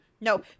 No